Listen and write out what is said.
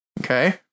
Okay